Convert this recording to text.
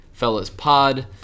FellasPod